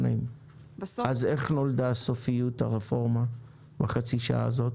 איך נולדה סופיות הרפורמה בחצי שעה הזאת?